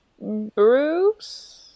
bruce